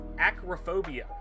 acrophobia